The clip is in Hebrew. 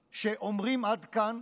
שאומרים: עד כאן.